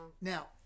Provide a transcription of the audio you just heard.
Now